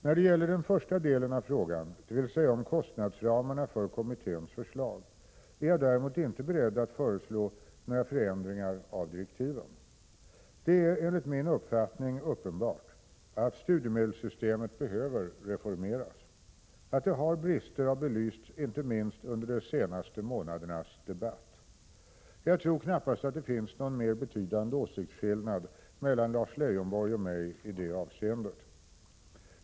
När det gäller den första delen av frågan, dvs. om kostnadsramarna för kommitténs förslag, är jag däremot inte beredd att föreslå några förändringar av direktiven. Det är enligt min uppfattning uppenbart att studiemedelssystemet behöver reformeras. Att det har brister har belysts inte minst under de senaste månadernas debatt. Jag tror knappast att det finns någon mer betydande åsiktsskillnad mellan Lars Leijonborg och mig i detta avseende.